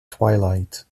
twilight